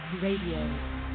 Radio